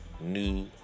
new